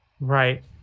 Right